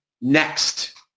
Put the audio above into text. Next